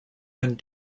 hand